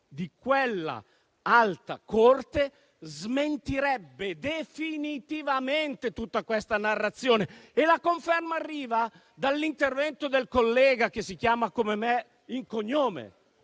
di quella Alta corte smentirebbe definitivamente tutta questa narrazione. La conferma arriva dall'intervento del collega che ha il mio stesso cognome,